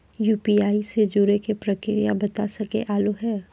UPI से जुड़े के प्रक्रिया बता सके आलू है?